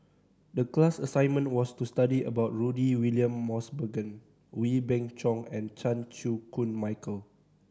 the class assignment was to study about Rudy William Mosbergen Wee Beng Chong and Chan Chew Koon Michael